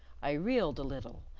i reeled a little,